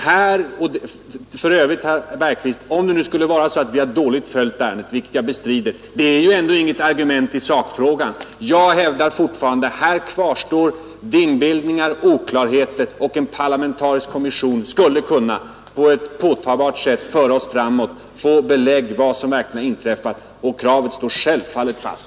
Och för övrigt, herr Bergqvist, om det skulle vara så att vi dåligt har följt ärendet, vilket jag bestrider, är det ändå inte något argument i sakfrågan. Jag hävdar fortfarande: Här kvarstår dimbildningar och oklarheter. En parlamentarisk kommission skulle på ett påtagbart sätt kunna föra oss framåt och ge belägg för vad som verkligen har inträffat. Kravet står självfallet fast.